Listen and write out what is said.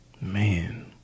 Man